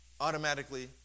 automatically